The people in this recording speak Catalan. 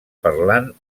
parlant